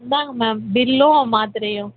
இந்தாங்க மேம் பில்லும் மாத்திரையும்